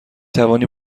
توانی